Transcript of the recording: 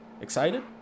excited